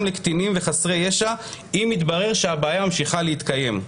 לקטינים וחסרי ישע אם יתברר שהבעיה ממשיכה להתקיים.